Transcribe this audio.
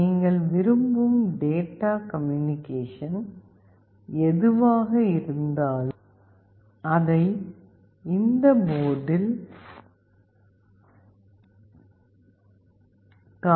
நீங்கள் விரும்பும் data communication எதுவாக இருந்தாலும் அதை இந்த போர்ட்டில் காணலாம்